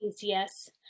Yes